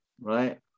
right